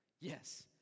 Yes